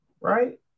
right